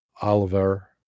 Oliver